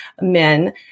men